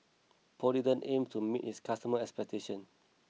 Polident aims to meet its customers' expectations